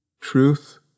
Truth